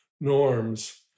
norms